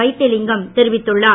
வைத்திலிங்கம் தெரிவித்துள்ளார்